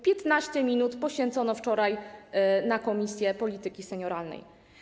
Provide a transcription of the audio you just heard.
15 minut poświęcono wczoraj na obrady Komisji Polityki Senioralnej.